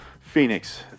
Phoenix